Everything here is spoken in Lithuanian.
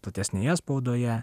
platesnėje spaudoje